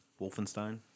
Wolfenstein